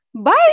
bye